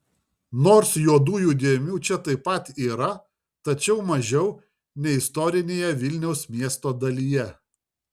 nors juodųjų dėmių čia taip pat yra tačiau mažiau nei istorinėje vilniaus miesto dalyje